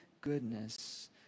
goodness